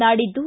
ನಾಡಿದ್ದು